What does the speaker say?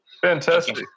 fantastic